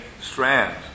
strands